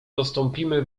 dostąpimy